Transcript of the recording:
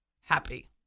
happy